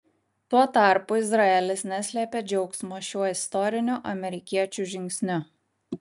tuo tarpu izraelis neslėpė džiaugsmo šiuo istoriniu amerikiečių žingsniu